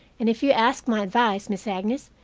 and if you ask my advice, miss agnes,